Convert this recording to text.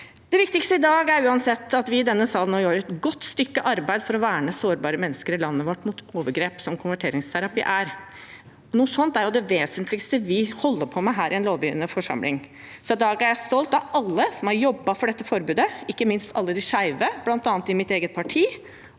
Det viktigste i dag er uansett at vi i denne salen nå gjør et godt stykke arbeid for å verne sårbare mennesker i landet vårt mot overgrep, som konverteringsterapi er. Noe sånt er av det mest vesentlige vi holder på med her i en lovgivende forsamling. I dag er jeg stolt av alle som har jobbet for dette forbudet, ikke minst alle de skeive, bl.a. i mitt eget parti,